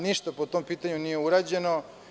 Ništa po tom pitanju nije urađeno.